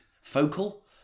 Focal